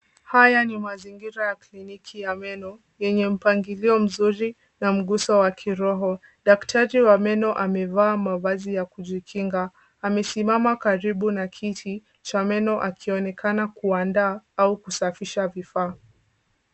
Haya ni mazingira ya kliniki ya meno, yenye mpangilio mzuri na mguso wa kiroho. Daktari wa meno amevaa mavazi ya kujikinga, amesimama karibu na kiti cha meno akionekana kuandaa au kusafisha vifaa.